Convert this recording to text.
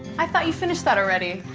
i thought you finished that already.